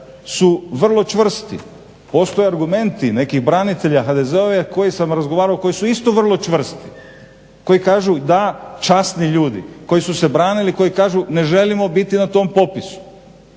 su vrlo čvrsti, postoje argumenti nekih branitelja HDZ-a s kojima sam razgovarao, koji su isto vrlo čvrsti, koji kažu da časni ljudi koji su se branili, koji kažu ne želimo biti na tom popisu.